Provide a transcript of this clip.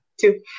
Two